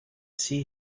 see